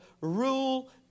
rule